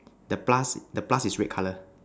the plus the plus is red colour